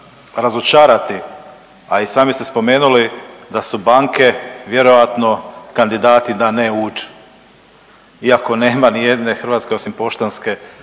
a i sami ste spomenuli da su banke vjerojatno kandidati da ne uđu, iako nema ni jedne hrvatske osim poštanske